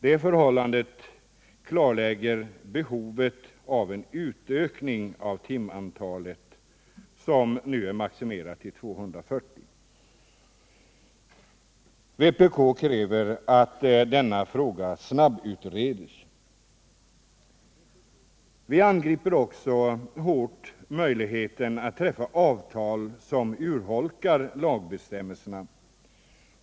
Det förhållandet klarlägger behovet av en utökning av timantalet, som nu är maximerat till 240 timmar. Vpk kräver att denna fråga snabbutreds. Vi angriper också hårt möjligheten att träffa avtal som urholkar lagbestämmelserna.